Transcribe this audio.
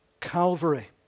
Calvary